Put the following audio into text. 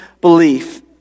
belief